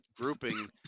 grouping